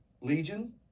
legion